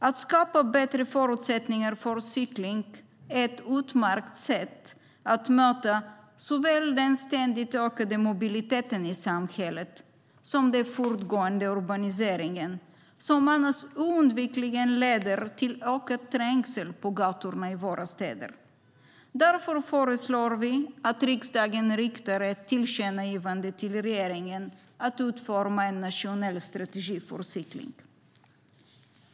Att skapa bättre förutsättningar för cykling är ett utmärkt sätt att möta såväl den ständigt ökande mobiliteten i samhället som den fortgående urbaniseringen som annars oundvikligen leder till ökad trängsel på gatorna i våra städer. Därför föreslår vi att riksdagen riktar ett tillkännagivande till regeringen att utforma en nationell strategi för cykling.